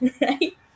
right